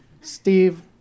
Steve